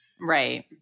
Right